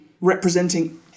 representing